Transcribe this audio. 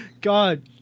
God